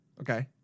Okay